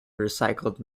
recycled